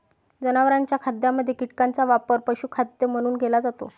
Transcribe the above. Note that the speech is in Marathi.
जनावरांच्या खाद्यामध्ये कीटकांचा वापर पशुखाद्य म्हणून केला जातो